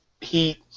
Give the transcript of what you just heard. Heat